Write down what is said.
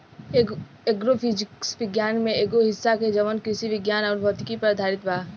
agro physics विज्ञान के एगो हिस्सा ह जवन कृषि विज्ञान अउर भौतिकी पर आधारित बा